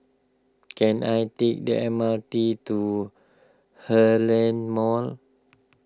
can I take the M R T to Heartland Mall